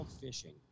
fishing